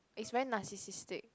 is very narcissistic